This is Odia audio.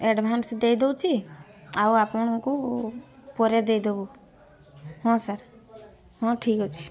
ଆଡ଼ଭାନ୍ସ ଦେଇଦଉଛି ଆଉ ଆପଣଙ୍କୁ ପରେ ଦେଇଦବୁ ହଁ ସାର୍ ହଁ ଠିକ୍ ଅଛି